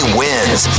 wins